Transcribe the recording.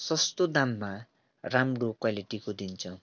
सस्तो दाममा राम्रो क्वालिटीको दिन्छ